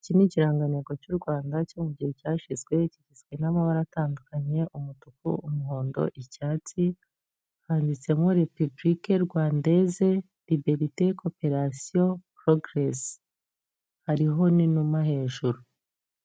Iki ni ikirangantego cy'u Rwanda cyo mu gihe cyashyizwe, kigizwe n'amabara atandukanye umutuku, umuhondo, icyatsi, handitsemo Repibirike Rwandeze Riberite Koperasiyo Porogeresi, hariho n'inuma hejuru.